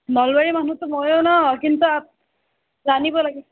নলবাৰীৰ মানুহটো ময়ো ন কিন্তু জানিব লাগে